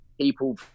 people